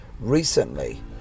recently